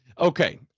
okay